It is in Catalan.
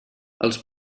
els